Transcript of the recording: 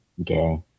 Okay